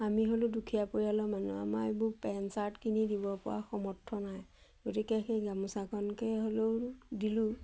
আমি হ'লো দুখীয়া পৰিয়ালৰ মানুহ আমাৰ এইবোৰ পেণ্ট চাৰ্ট কিনি দিব পৰা সামৰ্থ নাই গতিকে সেই গামোচাখনকে হ'লেও দিলোঁ